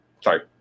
Sorry